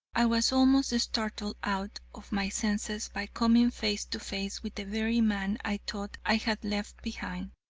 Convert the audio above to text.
i was almost startled out of my senses by coming face to face with the very man i thought i had left behind,